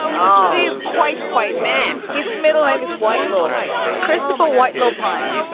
oh, he's quite white, man. his middle name is white. little white, crystal but white. little pine,